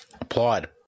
Applaud